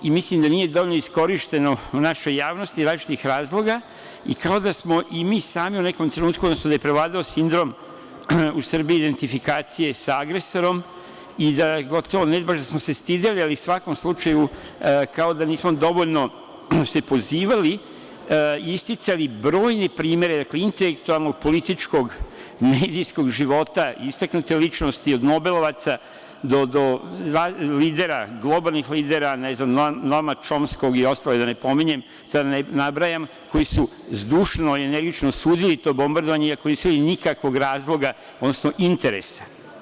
Mislim da nije dovoljno iskorišćeno u našoj javnosti iz različitih razloga i kao da smo i mi sami u nekom trenutku, odnosno da je prevladao sindrom u Srbiji identifikacije i sa agresorom i da gotovo, ne baš da smo se stideli, ali u svakom slučaju kao da nismo dovoljno se pozivali, isticali brojne primere intelektualnog, političkog, medijskog života, istaknute ličnosti, od nobelovaca do lidera, globalnih lidera, ne znam Noam Čomskog i ostale da ne pominjem, da ne nabrajam, koji su zdušno i energično osudili to bombardovanje iako nisu imali nikakvog razloga, odnosno interesa.